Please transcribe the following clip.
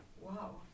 wow